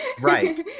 right